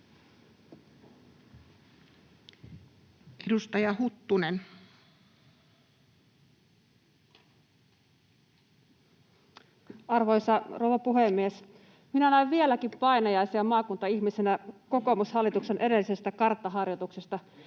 Edustaja Huttunen. Arvoisa rouva puhemies! Minä näen vieläkin maakuntaihmisenä painajaisia kokoomushallituksen edellisestä karttaharjoituksesta.